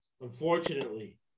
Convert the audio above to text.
Unfortunately